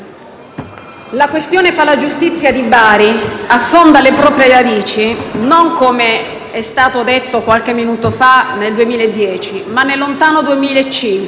la questione del Palagiustizia di Bari affonda le proprie radici, non come è stato detto qualche minuto fa, nel 2010, ma nel lontano 2005,